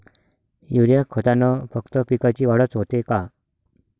Urea खतानं फक्त पिकाची वाढच होते का?